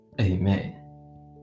Amen